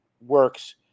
works